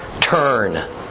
Turn